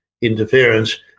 interference